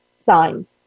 signs